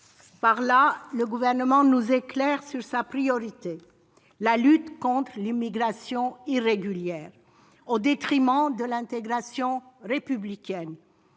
Par là même, le Gouvernement nous éclaire sur sa priorité : la lutte contre l'immigration irrégulière, au détriment de l'intégration républicaine,